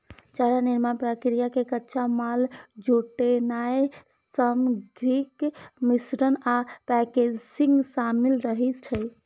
चारा निर्माण प्रक्रिया मे कच्चा माल जुटेनाय, सामग्रीक मिश्रण आ पैकेजिंग शामिल रहै छै